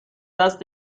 دست